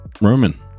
Roman